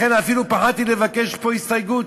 לכן אפילו פחדתי לבקש פה הסתייגות.